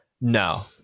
No